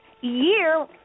year